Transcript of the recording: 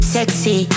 Sexy